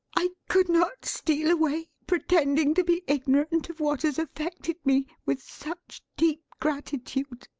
i could not steal away, pretending to be ignorant of what has affected me with such deep gratitude.